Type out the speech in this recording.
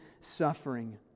suffering